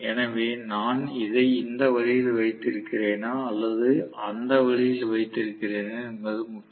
எனவே நான் இதை இந்த வழியில் வைத்திருக்கிறேனா அல்லது அந்த வழியில் வைத்திருக்கிறேனா என்பது முக்கியமல்ல